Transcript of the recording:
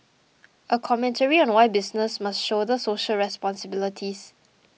a commentary on why businesses must shoulder social responsibilities